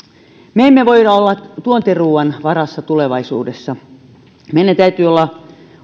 me emme voi olla tuontiruuan varassa tulevaisuudessa meidän täytyy olla